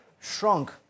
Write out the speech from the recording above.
shrunk